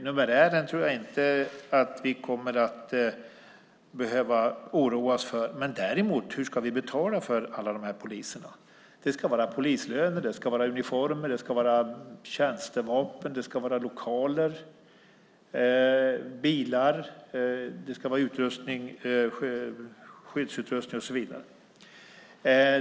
Numerären tror jag inte att vi kommer att behöva oroa oss för men däremot för hur vi ska betala för alla dessa poliser. Det ska vara polislöner, uniformer, tjänstevapen, lokaler, bilar, skyddsutrustning och så vidare.